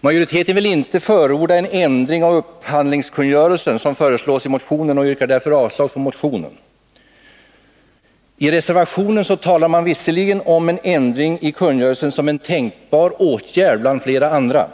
Majoriteten villinte förorda den ändring i upphandlingskungörelsen som föreslås i motionen, och vi yrkar därför avslag på denna. I reservationen talar man visserligen om en ändring i kungörelsen som en tänkbar åtgärd bland flera andra.